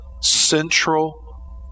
central